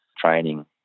training